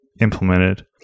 implemented